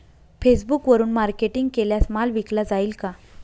फेसबुकवरुन मार्केटिंग केल्यास माल विकला जाईल का?